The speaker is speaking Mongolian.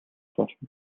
болно